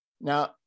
Now